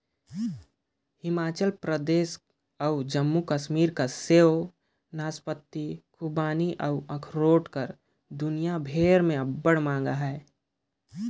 हिमाचल परदेस अउ जम्मू कस्मीर कर सेव, नासपाती, खूबानी अउ अखरोट कर दुनियां भेर में अब्बड़ मांग अहे